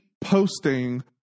posting